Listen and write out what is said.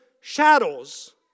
shadows